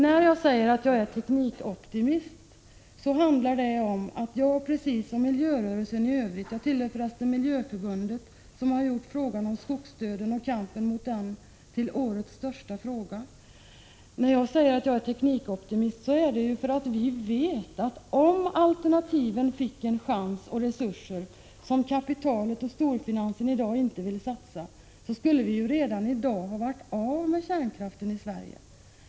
När jag säger att jag är teknikoptimist handlar det om att jag precis som miljörörelsen i övrigt — jag tillhör förresten Miljöförbundet som har gjort frågan om skogsdöden och kampen mot den till årets största fråga — vet att om alternativen fick en chans och resurser, som kapitalet och storfinansen i dag inte vill satsa, skulle vi redan nu ha varit av med kärnkraften i Sverige.